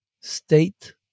state